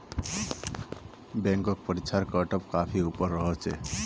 banking परीक्षार cutoff काफी ऊपर रह छेक